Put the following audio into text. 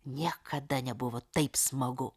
niekada nebuvo taip smagu